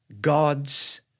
God's